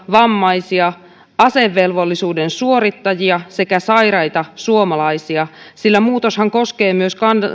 vammaisia asevelvollisuuden suorittajia sekä sairaita suomalaisia sillä muutoshan koskee myös